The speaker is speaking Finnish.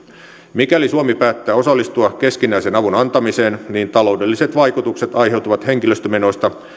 mikäli suomi päättää osallistua keskinäisen avun antamiseen niin taloudelliset vaikutukset aiheutuvat henkilöstömenoista